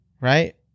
right